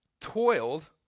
toiled